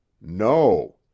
no